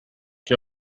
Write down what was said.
che